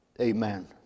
Amen